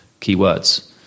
keywords